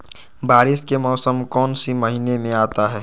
बारिस के मौसम कौन सी महीने में आता है?